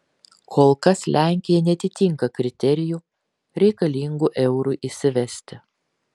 kol kas lenkija neatitinka kriterijų reikalingų eurui įsivesti